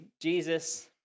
Jesus